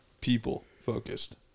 people-focused